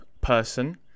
person